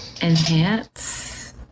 enhance